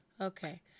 okay